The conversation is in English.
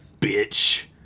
bitch